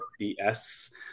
BS